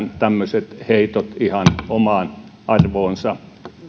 tämmöiset heitot ihan omaan arvoonsa